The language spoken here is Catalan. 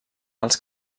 als